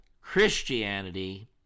Christianity